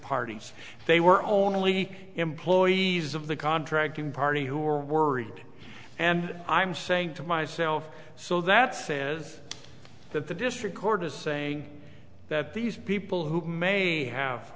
parties they were only employees of the contracting party who are worried and i'm saying to myself so that says that the district court is saying that these people who may have